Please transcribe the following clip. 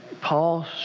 Paul